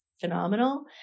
phenomenal